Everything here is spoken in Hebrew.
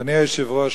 אדוני היושב-ראש,